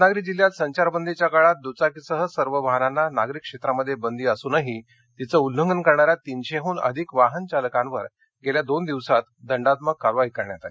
रत्नागिरी जिल्ह्यात संचारबंदीच्या काळात दुचाकीसह सर्व वाहनांना नागरी क्षेत्रांमध्ये बंदी असूनही तिचं उल्लंघन करणाऱ्या तिनशेहून अधिक वाहनचालकांवर गेल्या दोन दिवसात दंडात्मक कारवाई करण्यात आली